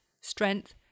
Strength